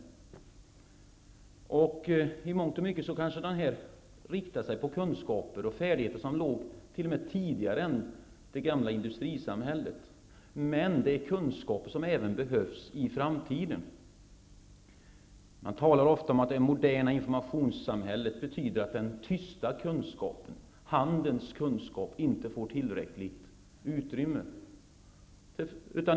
I mångt och mycket är det här fråga om kunskaper och färdigheter som låg t.o.m. längre tillbaka i tiden än det gamla industrisamhället. Men det är kunskaper som behövs även i framtiden. Man talar ofta om att det moderna informationssamhället innebär att den tysta kunskapen, handens kunskap, inte får tillräckligt utrymme.